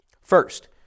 First